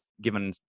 given